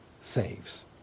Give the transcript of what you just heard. saves